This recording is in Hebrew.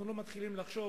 אנחנו לא מתחילים לחשוב